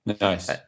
Nice